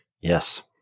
Yes